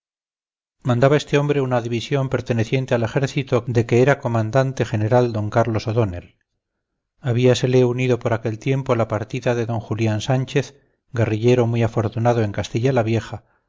mandaba este hombre una división perteneciente al ejército de que era comandante general d carlos o'donnell habíasele unido por aquel tiempo la partida de d julián sánchez guerrillero muy afortunado en castilla la vieja